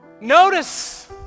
notice